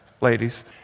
Ladies